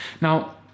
Now